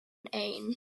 ain